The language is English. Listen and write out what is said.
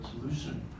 solution